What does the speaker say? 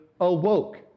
awoke